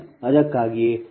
ಅದಕ್ಕಾಗಿಯೇ dP1d20